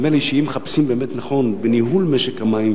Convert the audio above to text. נדמה לי שאם מחפשים באמת מה נכון בניהול משק המים,